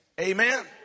Amen